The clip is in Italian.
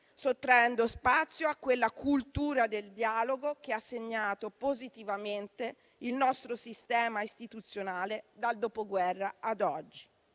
sottraendo spazio a quella cultura del dialogo che ha segnato positivamente il nostro sistema istituzionale dal Dopoguerra ad oggi.